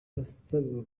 wasabiwe